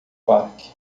parque